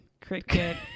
cricket